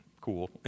cool